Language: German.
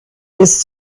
des